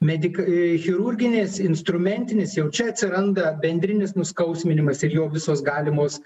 medik chirurginis instrumentinis jau čia atsiranda bendrinis nuskausminimas ir jo visos galimos